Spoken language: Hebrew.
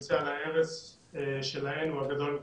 עצמאי של האזרחים -- מה זה צילום אזרחי של האזרחים?